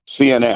CNN